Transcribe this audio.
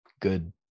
good